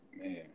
Man